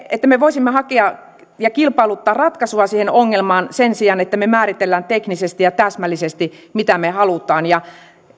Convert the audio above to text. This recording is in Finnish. että me voisimme hakea ja kilpailuttaa ratkaisua siihen ongelmaan sen sijaan että me määrittelemme teknisesti ja täsmällisesti mitä me haluamme